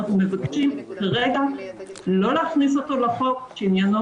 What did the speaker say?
אנחנו מבקשים כרגע לא להכניס אותו לחוק שעניינו